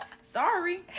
Sorry